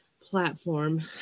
platform